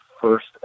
first